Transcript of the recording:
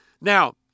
Now